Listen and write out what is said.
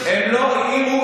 הם לא העירו,